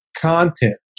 content